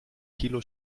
kilo